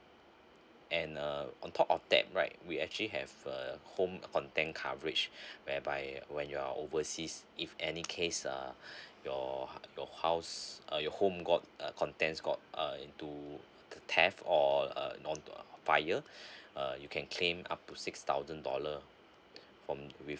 and uh on top of that right we actually have err home content coverage whereby when you're overseas if any case err your your house uh your home got uh contents got uh into the theft or or uh fire uh you can claim up to six thousand dollar from with